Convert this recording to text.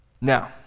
Now